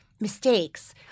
mistakes